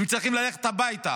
הם צריכים ללכת הביתה.